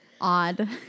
odd